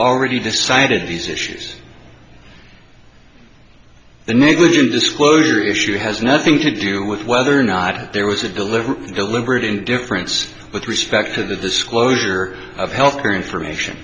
already decided these issues the negligent disclosure issue has nothing to do with whether or not there was a deliberate deliberate indifference with respect to the disclosure of healthcare information